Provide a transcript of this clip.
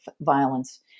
violence